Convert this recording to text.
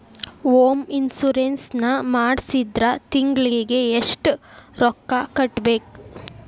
Home insurance ನ ಮಾಡ್ಸಿದ್ರ ತಿಂಗ್ಳಿಗೆ ಎಷ್ಟ್ ರೊಕ್ಕಾ ಕಟ್ಬೇಕ್?